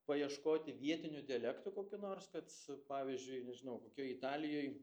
paieškoti vietiniu dialektu kokiu nors kad s pavyzdžiui nežinau kokioj italijoj